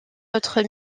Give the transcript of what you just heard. autre